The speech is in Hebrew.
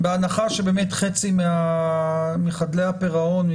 בהנחה שבאמת חצי מחדלי הפירעון,